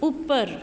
ਉੱਪਰ